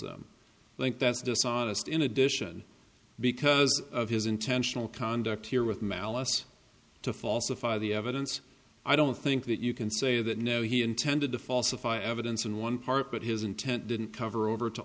think that's dishonest in addition because of his intentional conduct here with malice to falsify the evidence i don't think that you can say that no he intended to falsify evidence in one part but his intent didn't cover over to